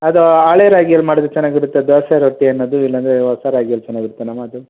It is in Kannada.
ಅದು ಹಳೆ ರಾಗಿಯಲ್ಲಿ ಮಾಡಿದ್ರೆ ಚೆನ್ನಾಗಿರುತ್ತಾ ದೋಸೆ ರೊಟ್ಟಿ ಅನ್ನೋದು ಇಲ್ಲಂದರೆ ಹೊಸ ರಾಗಿಯಲ್ಲಿ ಚೆನ್ನಾಗಿರುತ್ತಾ ಮ್ಯಾಮ್ ಅದು